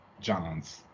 John's